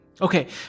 Okay